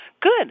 Good